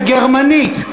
בגרמנית,